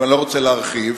ואני לא רוצה להרחיב,